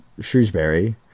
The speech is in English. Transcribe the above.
Shrewsbury